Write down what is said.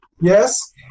Yes